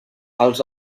els